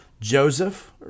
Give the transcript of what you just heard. Joseph